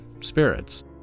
spirits